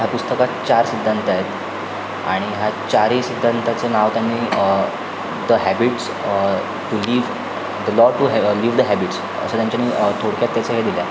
त्या पुस्तकात चार सिद्धांत आहेत आणि ह्या चारी सिद्धांताचं नाव त्यांनी the habits to leave the law to हे टू लीव द हॅबिट्स असं त्यांच्यानी थोडक्यात त्याचं हे दिलं आहे